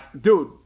dude